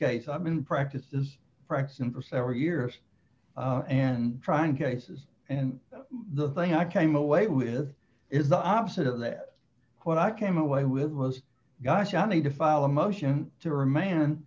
case i've been practices practicing for several years and trying cases and the thing i came away with is the opposite of left what i came away with was gosh i need to file a motion to reman